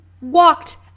walked